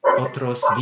otros